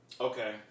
Okay